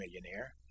millionaire